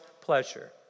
pleasure